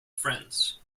friends